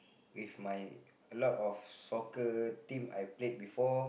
with my a lot of soccer team I played before